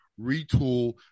retool